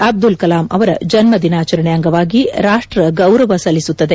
ಅಬ್ಲುಲ್ ಕಲಾಂ ಅವರ ಜನ್ನ ದಿನಾಚರಣೆ ಅಂಗವಾಗಿ ರಾಷ್ಲ ಗೌರವ ಸಲ್ಲಿಸುತ್ತದೆ